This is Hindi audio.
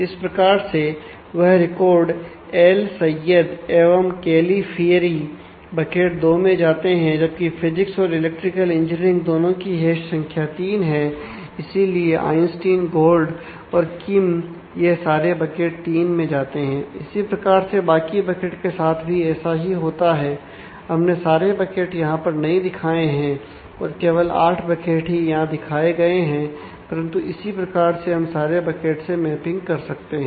इस प्रकार से वह रिकॉर्ड एल सयद एवं कैलिफीयरी कर सकते हैं